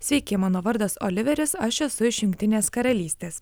sveiki mano vardas oliveris aš esu iš jungtinės karalystės